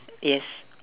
yes